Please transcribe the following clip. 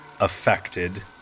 affected